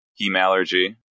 hemallergy